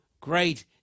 great